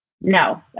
No